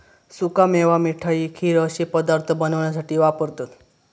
सुका मेवा मिठाई, खीर अश्ये पदार्थ बनवण्यासाठी वापरतत